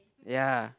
ya